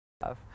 Love